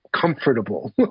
comfortable